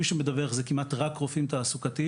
מי שמדווח זה כמעט רק רופאים תעסוקתיים.